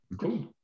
cool